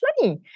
money